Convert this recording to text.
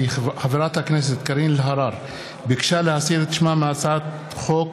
כי חברת הכנסת קארין אלהרר ביקשה להסיר את שמה מהצעת חוק